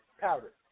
Powder